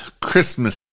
Christmas